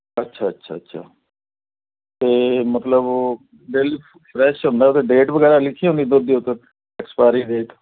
ਅੱਛਾ ਅੱਛਾ ਅੱਛਾ ਅਤੇ ਮਤਲਬ ਉਹ ਡੇਲੀ ਫਰੈਸ਼ ਹੁੰਦਾ ਅਤੇ ਡੇਟ ਵਗੈਰਾ ਲਿਖੀ ਹੁੰਦੀ ਦੁੱਧ ਦੀ ਉਹ 'ਤੇ ਐਕਸਪਾਇਰੀ ਡੇਟ